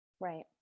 Right